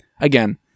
again